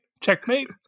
Checkmate